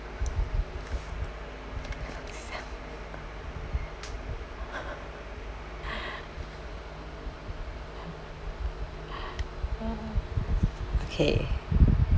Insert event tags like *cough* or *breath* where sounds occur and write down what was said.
*breath* mmhmm okay